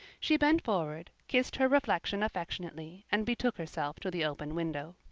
she bent forward, kissed her reflection affectionately, and betook herself to the open window.